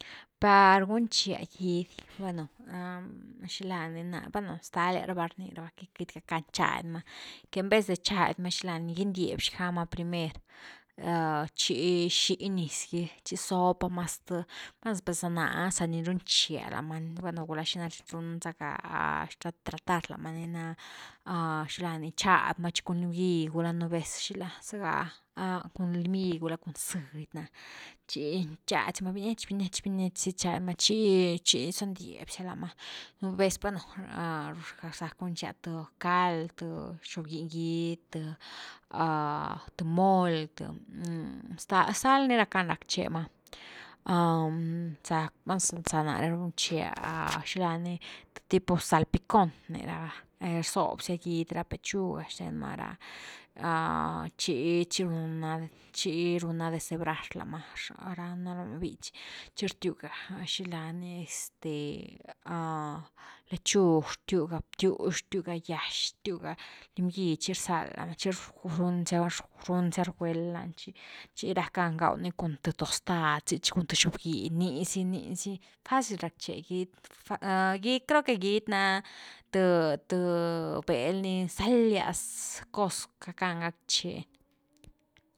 Par gunche gidy bueno xila ni na, bueno ztalias raba rni raba queity can chiad ma, que en vez de chiad ma, xila ni gindiab xga ma primer chi xí niz gy chi xob pa’ma sth, val sa naá ah za runche lá ma bueno, gula xina run zacka tratar lama ni na, chady ma chic un lim gy, gula nú vez zega ah, a cun lim gy gula cun zëdy na chi chady si ma biniech-biniech chady’ma chi-chi gindiab siu la’ma, nú vez val’na sa rsac gunche th cald th xob giny gidy th, th moly th, stal-stal ni rackan rackche ma, sack val za na’re runchea xila ni th tipo salpicon rni rava rzob sia gidy ra pechuga xthen ma ra, chí-chi runa, chi runa desebrar láma, runa lama bichy, chi rtiuga xilani este zaa lechug rtiuga btyx, rtiuga gyax, rtiuga lim gy, chi rzalda chi run zia-run zia reguel lani, chi rackan gaw ni cun th todtad si chi cun xobginy nizy-nízy fácil rackche gidy-gidy creo que gidy na th-th bel ni stalias cos gackan gackche.